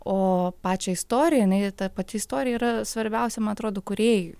o pačią istoriją jinai ta pati istorija yra svarbiausia man atrodo kūrėjui